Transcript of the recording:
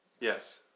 Yes